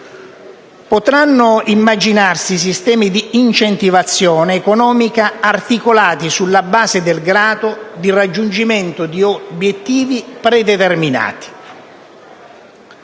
Potranno immaginarsi sistemi di incentivazione economica articolati sulla base del grado di raggiungimento di obiettivi predeterminati.